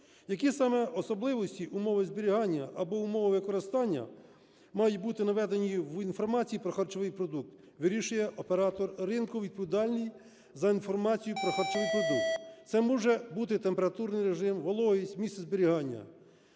Які саме особливості, умови зберігання або умови використання мають бути наведені в інформації про харчовий продукт, вирішує оператор ринку, відповідальний за інформацію про харчовий продукт. Це може бути температурний режим, вологість, місце зберігання.